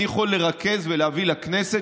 אני יכול לרכז ולהביא לכנסת,